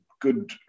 good